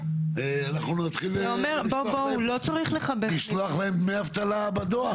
אני אומר צריך לשלוח להם דמי אבטלה בדואר.